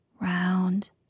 round